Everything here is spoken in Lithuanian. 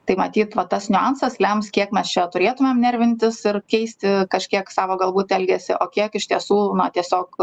tai matyt va tas niuansas lems kiek mes čia turėtumėm nervintis ir keisti kažkiek savo galbūt elgesį o kiek iš tiesų na tiesiog